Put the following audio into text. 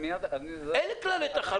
אין כללי תחרות,